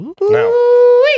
Now